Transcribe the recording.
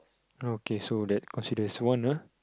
okay so that consider as one ah